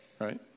right